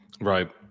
right